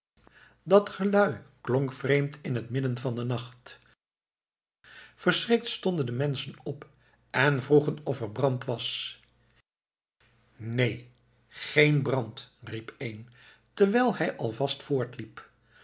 dat gelui klonk vreemd in het midden van den nacht verschrikt stonden de menschen op en vroegen of er brand was neen geen brand riep een terwijl hij al vast